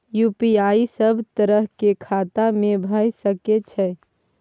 UPI सब तरह के खाता में भय सके छै?